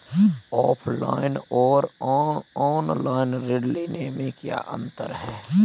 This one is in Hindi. ऑफलाइन और ऑनलाइन ऋण लेने में क्या अंतर है?